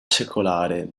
secolare